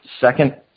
Second